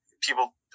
people